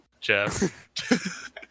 Jeff